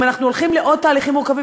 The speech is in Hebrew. אם אנחנו הולכים לעוד תהליכים מורכבים,